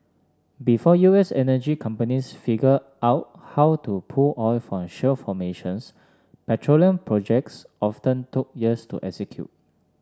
before U S energy companies figured out how to pull oil from shale formations petroleum projects often took years to execute